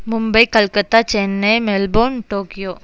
Mumbai Calcutta Chennai Melbourne Tokyo